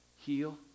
heal